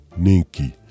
Ninki